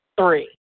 Three